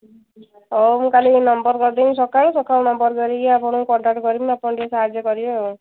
ହଉ ମୁଁ କାଲିକି ନମ୍ବର କରିଦେମି ସକାଳୁ ସକାଳୁ ନମ୍ବର କରିକି ଆପଣଙ୍କୁ କଣ୍ଟାକ୍ଟ କରିବି ଆପଣ ଟିକେ ସାହାଯ୍ୟ କରିବେ ଆଉ